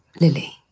Lily